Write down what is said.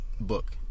book